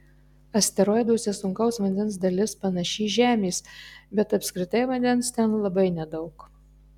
asteroiduose sunkaus vandens dalis panaši į žemės bet apskritai vandens ten labai nedaug